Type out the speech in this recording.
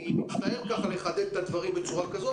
אני מצטער לחדד ככה את הדברים בצורה כזו